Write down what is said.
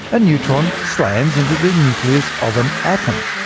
a neutron slams into the nucleus of an atom.